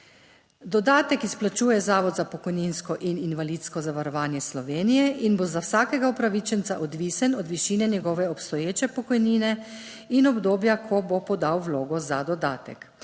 Dodatek izplačuje Zavod za pokojninsko in invalidsko zavarovanje Slovenije in bo za vsakega upravičenca odvisen od višine njegove obstoječe pokojnine in obdobja, ko bo podal vlogo za dodatek,